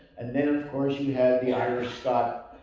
and then, of course, you had the irish scot